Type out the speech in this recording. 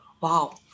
wow